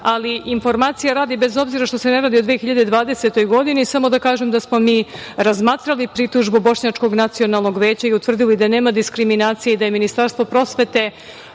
ali informacije radi, bez obzira što se ne radi o 2020. godini samo da kažem da smo mi razmatrali pritužbu Bošnjačkog nacionalnog veća i utvrdili da nema diskriminacije i da je Ministarstvo prosvete